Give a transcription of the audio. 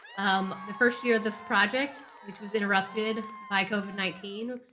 um, the first year this project, which was interrupted by covid nineteen,